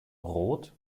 rot